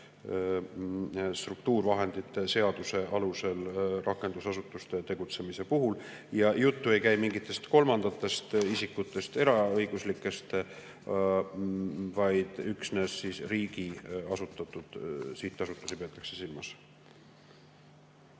struktuurivahendite seaduse alusel rakendusasutuste tegutsemise puhul. Jutt ei käi mingitest kolmandatest isikutest, eraõiguslikest, vaid üksnes riigi asutatud sihtasutusi peetakse silmas.